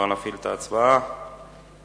ההצעה להעביר את הנושא